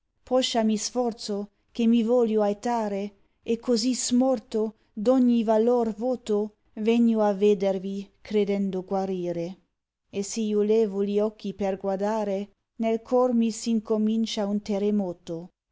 poscia mi sforzo che mi voglio aitare così smorto d ogni valor voto tegno a vedervi credendo guarire e se io levo gli occhi per guardare nel cor mi s incomincia un terremoto